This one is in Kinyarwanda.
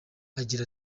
agira